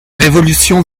révolution